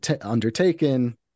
undertaken